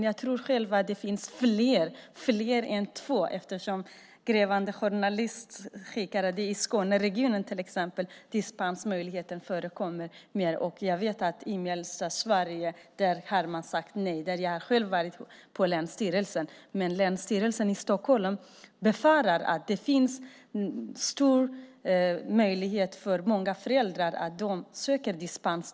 Jag tror själv att det är fler än två fall eftersom en grävande journalist i Skåneregionen skrev att dispensmöjligheten förekommer oftare. Jag vet att man har sagt nej i mellersta Sverige. Där har jag själv varit på länsstyrelsen. Men Länsstyrelsen i Stockholm befarar att det finns en stor möjlighet för många föräldrar att söka dispens.